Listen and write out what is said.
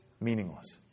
meaningless